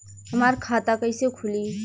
हमार खाता कईसे खुली?